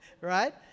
Right